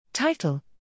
Title